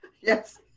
Yes